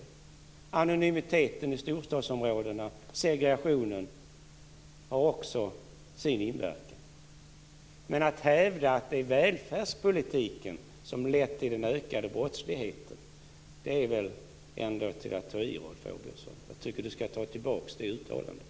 Också anonymiteten i storstadsområdena och segregationen har sin inverkan. Att hävda att det är välfärdspolitiken som har lett till den ökade brottsligheten är väl ändock att ta i. Jag tycker att Rolf Åbjörnsson skall ta tillbaka det uttalandet.